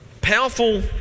Powerful